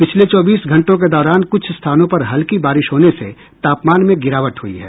पिछले चौबीस घंटों के दौरान कुछ स्थानों पर हल्की बारिश होने से तापमान में गिरावट हुई है